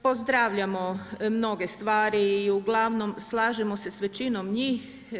Pozdravljamo mnoge stvari i uglavnom slažemo se sa većinom njih.